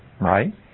right